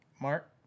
Mark